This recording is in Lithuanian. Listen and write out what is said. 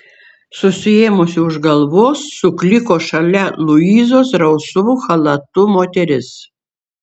susiėmusi už galvos sukliko šalia luizos rausvu chalatu moteris